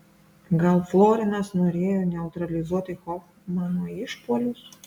gal florinas norėjo neutralizuoti hofmano išpuolius